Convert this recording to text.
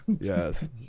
Yes